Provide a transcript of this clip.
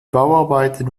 bauarbeiten